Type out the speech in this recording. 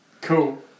cool